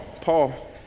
Paul